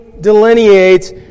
delineates